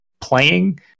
playing